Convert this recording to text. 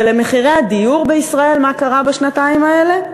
ולמחירי הדיור בישראל מה קרה בשנתיים האלה?